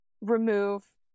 remove